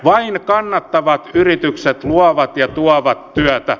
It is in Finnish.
vain kannattavat yritykset luovat ja tuovat työtä